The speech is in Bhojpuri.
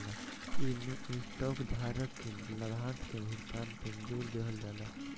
इमें स्टॉक धारक के लाभांश के भुगतान पे जोर देहल जाला